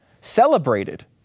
celebrated